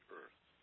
earth